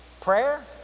prayer